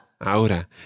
Ahora